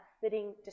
fitting